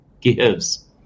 gives